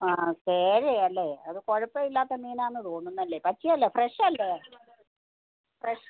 ആ കേരയാണ് അല്ലേ അത് കുഴപ്പമില്ലാത്ത മീനാണെന്ന് തോന്നുന്നു അല്ലേ പച്ച അല്ലേ ഫ്രഷ് അല്ലേ ഫ്രഷ്